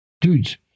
Dudes